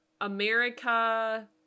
America